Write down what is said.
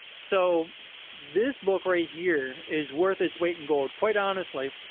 so this book right here is worth its weight in gold. quite honestly,